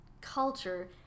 culture